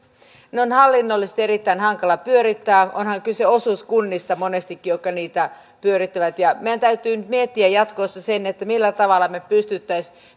on hallinnollisesti erittäin hankala pyörittää onhan kyse osuuskunnista monestikin jotka niitä pyörittävät ja meidän täytyy nyt miettiä jatkossa millä tavalla pystyisimme